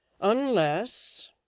Unless